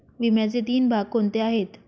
विम्याचे तीन भाग कोणते आहेत?